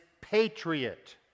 patriot